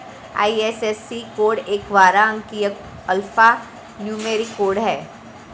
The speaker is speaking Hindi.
आई.एफ.एस.सी कोड एक ग्यारह अंकीय अल्फा न्यूमेरिक कोड है